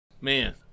Man